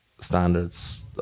standards